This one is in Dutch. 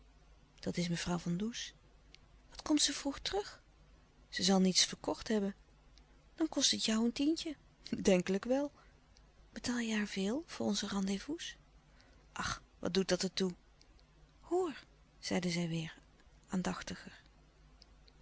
dat is mevrouw van does wat komt ze vroeg terug ze zal niets verkocht hebben dan kost het jou een tientje denkelijk wel betaal je haar veel voor onze rendez-vous ach wat doet er dat toe hoor zeide zij weêr aandachtiger